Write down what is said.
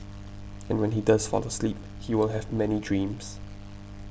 and when he does fall asleep he will have many dreams